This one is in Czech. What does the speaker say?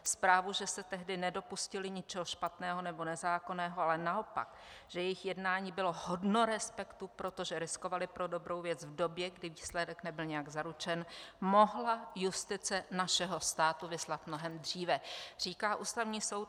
Zprávu, že se tehdy nedopustili ničeho špatného nebo nezákonného, ale naopak že jejich jednání bylo hodno respektu, protože riskovali pro dobrou věc v době, kdy výsledek nebyl nijak zaručen, mohla justice našeho státu vyslat mnohem dříve říká Ústavní soud.